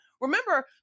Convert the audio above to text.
remember